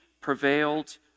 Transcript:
prevailed